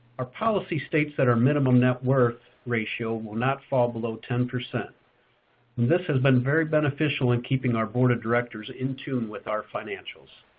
our policy states that our minimum net worth ratio will not fall below ten. this has been very beneficial in keeping our board of directors in tune with our financials.